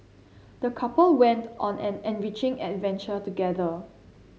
the couple went on an enriching adventure together